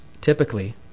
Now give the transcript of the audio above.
typically